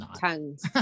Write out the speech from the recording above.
tons